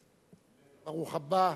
ברוך הבא.